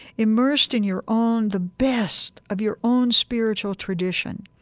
immersed in your own the best of your own spiritual tradition,